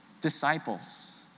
disciples